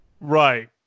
right